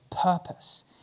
purpose